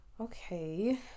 Okay